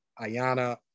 Ayana